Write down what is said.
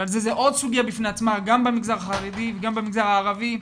שזו עוד סוגיה בפני עצמה גם במגזר החרדי וגם במגזר הערבי.